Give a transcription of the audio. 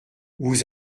vous